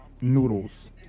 noodles